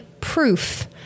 proof